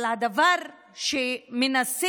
אבל הדבר שמנסים,